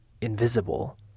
invisible